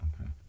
Okay